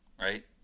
right